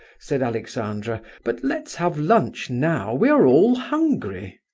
said alexandra. but let's have lunch now, we are all hungry!